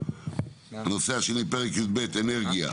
פרק י"ב (אנרגיה),